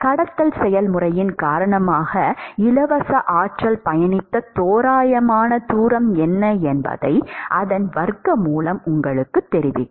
கடத்தல் செயல்முறையின் காரணமாக இலவச ஆற்றல் பயணித்த தோராயமான தூரம் என்ன என்பதை அதன் வர்க்கமூலம் உங்களுக்குத் தெரிவிக்கும்